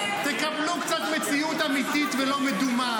תקבלו קצת מציאות אמיתית ולא מדומה